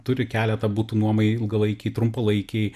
turi keletą butų nuomai ilgalaikei trumpalaikei